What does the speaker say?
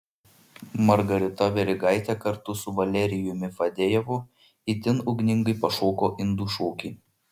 margarita verigaitė kartu su valerijumi fadejevu itin ugningai pašoko indų šokį